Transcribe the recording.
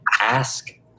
ask